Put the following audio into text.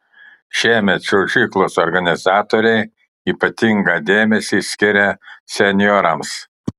šiemet čiuožyklos organizatoriai ypatingą dėmesį skiria senjorams